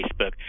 Facebook